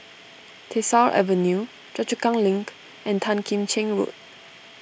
Tyersall Avenue Choa Chu Kang Link and Tan Kim Cheng Road